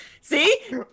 See